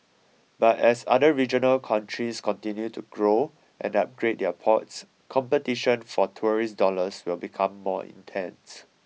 but as other regional countries continue to grow and upgrade their ports competition for tourist dollars will become more intense